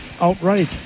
outright